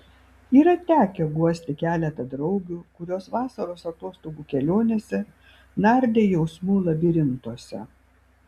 yra tekę guosti keletą draugių kurios vasaros atostogų kelionėse nardė jausmų labirintuose